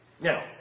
Now